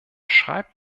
schreibt